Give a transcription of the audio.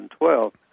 2012